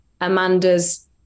Amanda's